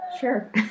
Sure